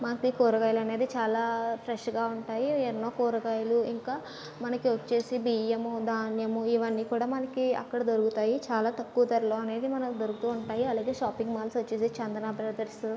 మాకి కూరగాయలు అనేది చాలా ఫ్రెష్గా ఉంటాయి ఎన్నో కూరగాయలు ఇంకా మనకి వచ్చేసి బియ్యము ధాన్యము ఇవన్నీ కూడా మనకి అక్కడ దొరుకుతాయి చాలా తక్కువ ధరలో అనేది మనకు దొరుకుతాయి అలాగే షాపింగ్ మాల్స్ వచ్చేసి చందనా బ్రదర్సు